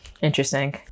Interesting